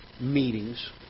meetings